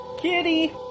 Kitty